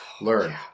learn